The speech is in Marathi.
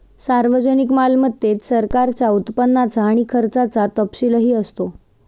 सार्वजनिक मालमत्तेत सरकारच्या उत्पन्नाचा आणि खर्चाचा तपशीलही असतो